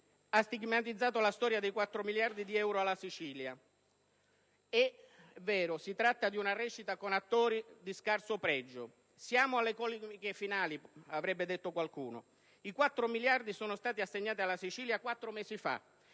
ha stigmatizzato la vicenda dei 4 miliardi di euro alla Sicilia. È vero, si tratta di una recita con attori di scarso pregio. Siamo alle comiche finali, come avrebbe detto qualcuno. I 4 miliardi sono stati assegnati alla Sicilia quattro mesi fa